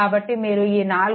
కాబట్టి మీరు ఈ 4